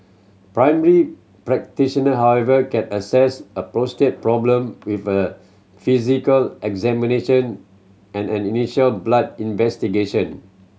primary practitioner however can assess prostate problem with a physical examination and an initial blood investigation